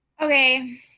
Okay